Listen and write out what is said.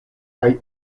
kaj